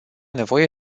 nevoie